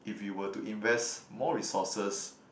if you were to invest more resources